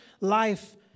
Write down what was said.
life